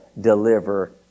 deliver